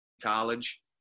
college